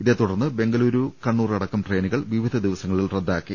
ഇതേ തുടർന്ന് ബെങ്കലൂരു കണ്ണൂർ അടക്കം ട്രെയിനുകൾ വിവിധ ദിവസങ്ങളിൽ റദ്ദാക്കി